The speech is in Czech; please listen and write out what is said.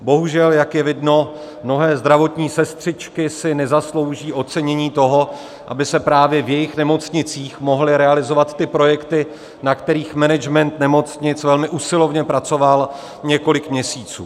Bohužel jak je vidno, mnohé zdravotní sestřičky si nezaslouží ocenění toho, aby se právě v jejich nemocnicích mohly realizovat ty projekty, na kterých management nemocnic velmi usilovně pracoval několik měsíců.